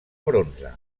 bronze